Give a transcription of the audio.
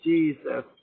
Jesus